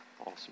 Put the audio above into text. Awesome